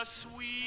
Sweet